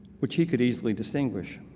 which he could easily distinguish.